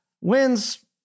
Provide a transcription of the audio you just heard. wins